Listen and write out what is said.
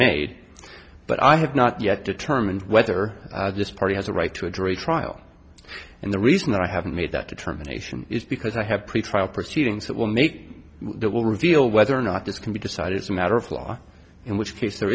made but i have not yet determined whether this party has a right to a jury trial and the reason i haven't made that determination is because i have pretrial proceedings that will make that will reveal whether or not this can be decided as a matter of law in which case there